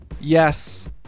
Yes